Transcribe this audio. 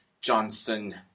Johnson